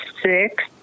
six